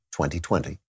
2020